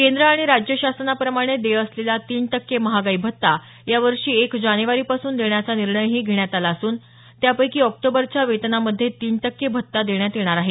केंद्र आणि राज्य शासनाप्रमाणे देय असलेला तीन टक्के महागाई भत्ता यावर्षी एक जानेवारीपासून देण्याचा निर्णयही घेण्यात आला असून त्यापैकी ऑक्टोबरच्या वेतनामध्ये तीन टक्के भत्ता हा देण्यात येणार आहे